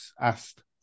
asked